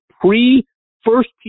pre-first